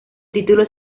título